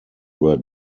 were